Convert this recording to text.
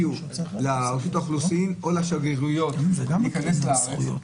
שהגיעו לרשות האוכלוסין או לשגרירויות להיכנס לארץ,